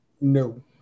No